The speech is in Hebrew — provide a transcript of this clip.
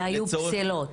היו פסילות.